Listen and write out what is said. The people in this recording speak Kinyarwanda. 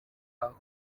aho